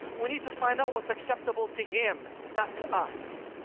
we need to find out what's acceptable to him, not to us.